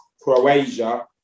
Croatia